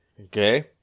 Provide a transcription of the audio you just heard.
Okay